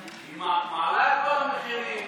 היא מעלה את כל המחירים.